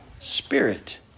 spirit